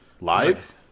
live